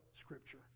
scripture